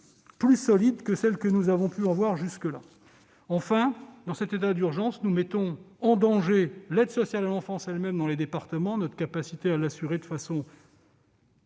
plus solides que celles qui ont été les nôtres jusque-là. Enfin, dans cet état d'urgence, nous mettons en danger l'aide sociale à l'enfance elle-même dans les départements, notre capacité à l'assurer de façon